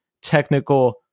technical